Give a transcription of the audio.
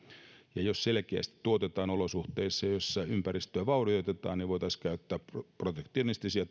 ja jos selkeästi tuotetaan olosuhteissa joissa ympäristöä vaurioitetaan niin voitaisiin käyttää protektionistisia